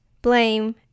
Blame